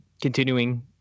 continuing